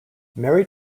mary